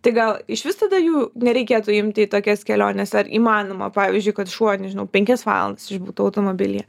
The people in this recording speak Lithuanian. tai gal išvis tada jų nereikėtų imti į tokias keliones ar įmanoma pavyzdžiui kad šuo nežinau penkias valandas išbūtų automobilyje